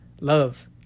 love